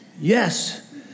Yes